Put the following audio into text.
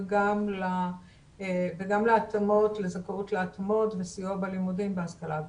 של --- וגם לזכאות להתאמות וסיוע בלימודים בהשכלה הגבוהה.